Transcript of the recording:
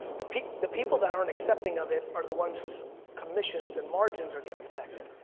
the people the people that aren't accepting of it are the ones whose commissions and margins are getting affected.